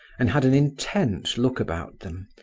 and had an intent look about them,